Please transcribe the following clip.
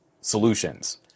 solutions